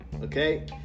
okay